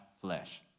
flesh